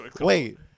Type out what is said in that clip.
Wait